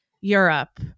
Europe